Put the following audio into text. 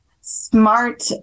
smart